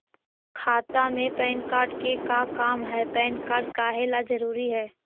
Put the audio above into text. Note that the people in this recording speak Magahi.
खाता में पैन कार्ड के का काम है पैन कार्ड काहे ला जरूरी है?